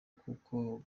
kuko